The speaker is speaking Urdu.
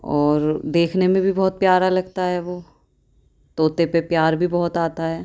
اور دیکھنے میں بھی بہت پیارا لگتا ہے وہ طوطے پہ پیار بھی بہت آتا ہے